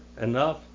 enough